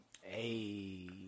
hey